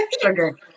Sugar